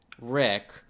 rick